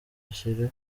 nshyire